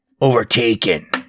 overtaken